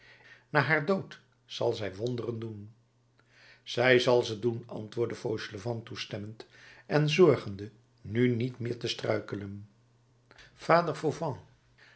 na haar dood zal zij wonderen doen zij zal ze doen antwoordde fauchelevent toestemmend en zorgende nu niet meer te struikelen vader fauvent